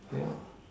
yeah